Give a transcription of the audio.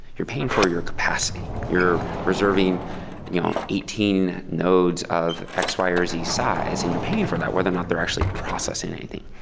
you're paying for your capacity. you're reserving eighteen nodes of x, y or z size and you're paying for that, whether or not they're actually processing anything.